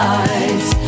eyes